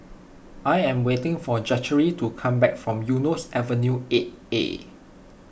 I am waiting for Zachary to come back from Eunos Avenue eight A